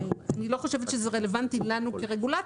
אני לא חושבת שזה רלוונטי לנו כרגולטור.